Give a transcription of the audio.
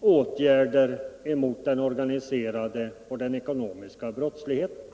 åtgärder mot den organiserade och den ekonomiska brottsligheten.